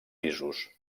pisos